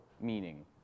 meaning